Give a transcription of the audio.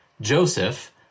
Joseph